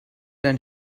dein